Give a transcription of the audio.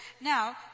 Now